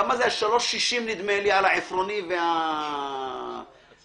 3.6 שקלים על העפרוני ועל הזמיר.